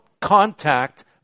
contact